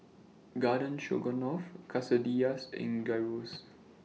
Garden Stroganoff Quesadillas and Gyros